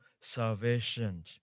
salvation